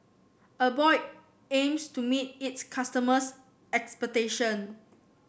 Abbott aims to meet its customers' expectation